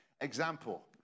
example